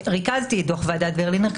ריכזתי את דוח ועדת ברלינר,